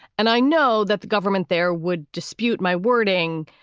and i know that the government there would dispute my wording.